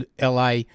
LA